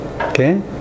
okay